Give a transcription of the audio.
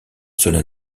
cela